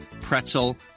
pretzel